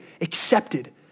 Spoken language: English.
accepted